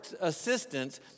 assistance